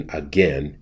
again